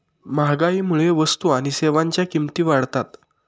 महागाईमुळे वस्तू आणि सेवांच्या किमती वाढतात